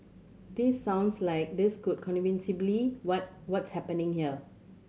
this sounds like this could what what's happening here